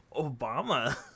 Obama